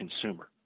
consumer